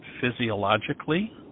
physiologically